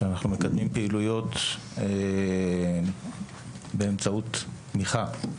אנחנו מקדמים פעילויות באמצעות תמיכה,